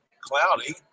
cloudy